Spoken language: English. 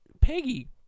Peggy